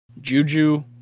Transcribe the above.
Juju